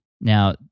Now